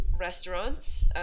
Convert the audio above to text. restaurants